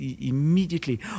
immediately